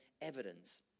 evidence